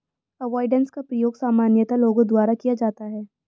avoidance का प्रयोग सामान्यतः लोगों द्वारा किया जाता है